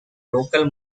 local